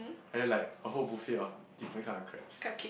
and then like a whole buffet of different kind of crabs